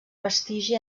prestigi